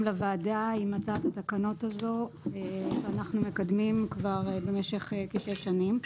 לוועדה עם הצעת התקנות הזאת שאנחנו מקדמים במשך כשש שנים.